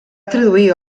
traduir